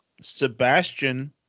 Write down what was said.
Sebastian